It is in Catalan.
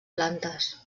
plantes